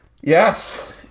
Yes